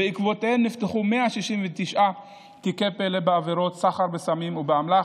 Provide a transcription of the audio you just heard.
ובעקבותיהן נפתחו 169 תיקי פל"א בעבירות סחר בסמים ובאמל"ח,